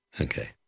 Okay